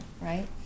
right